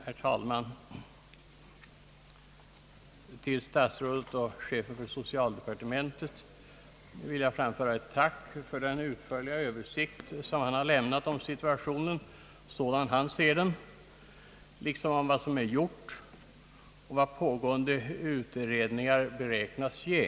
Herr talman! Till statsrådet och chefen för socialdepartementet vill jag framföra ett tack för hans utförliga översikt av situationen sådan han ser den, liksom av det som gjorts och vad pågående utredningar beräknas ge.